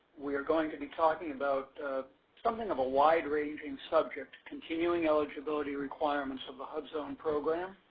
we are going to be talking about something of a wide-ranging subject, continuing eligibility requirements of the hubzone program.